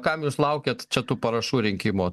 kam jūs laukėt čia tų parašų rinkimo